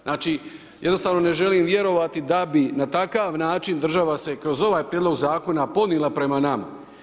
Znači jednostavno ne želim vjerovati da bi na takav način država se kroz ovaj prijedlog zakona ponijela prema nama.